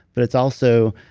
but it's also.